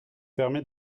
permet